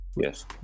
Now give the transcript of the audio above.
Yes